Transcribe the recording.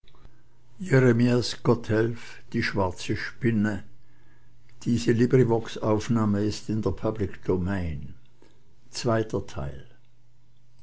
sie die spinne